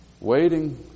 waiting